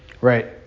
Right